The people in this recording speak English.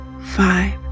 five